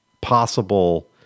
possible